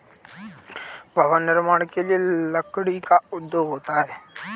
भवन निर्माण के लिए लकड़ी का उपयोग होता है